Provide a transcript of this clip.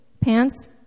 pants